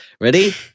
Ready